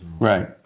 right